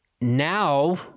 now